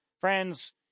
Friends